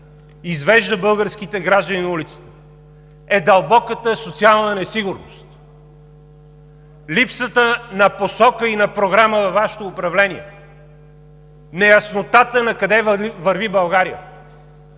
извежда българските граждани на улицата, е дълбоката социална несигурност, липсата на посока и на програма във Вашето управление, неяснотата накъде върви България,